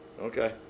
Okay